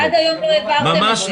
ועד היום לא העברתם את זה.